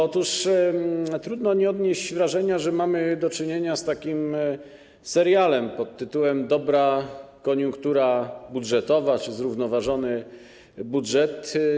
Otóż trudno nie odnieść wrażenia, że mamy do czynienia z serialem pt. dobra koniunktura budżetowa czy zrównoważony budżet.